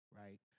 right